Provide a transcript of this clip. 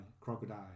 Crocodile